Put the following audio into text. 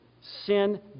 sin